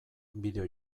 bideo